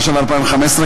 התשע"ו 2015,